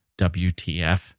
WTF